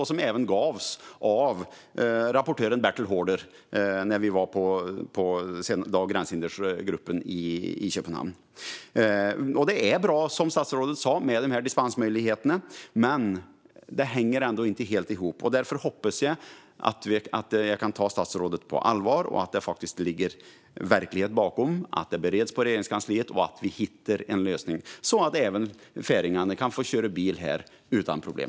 Det var även den som gavs av rapportören Bertel Haarder vid gränshindergruppens möte i Köpenhamn. Det är bra, som statsrådet sa, med dispensmöjligheterna. Men det hänger ändå inte helt ihop. Därför hoppas jag att jag kan ta statsrådet på allvar när det gäller att det faktiskt ligger verklighet bakom att detta bereds på Regeringskansliet och att vi hittar en lösning så att även färingarna kan få köra bil här utan problem.